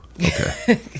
okay